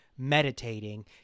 meditating